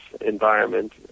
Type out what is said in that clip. environment